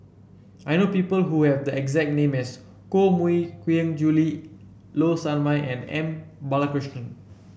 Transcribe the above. I know people who have the exact name as Koh Mui Hiang Julie Low Sanmay and M Balakrishnan